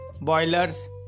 boilers